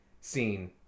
scene